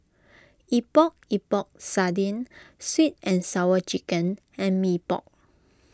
Epok Epok Sardin Sweet and Sour Chicken and Mee Pok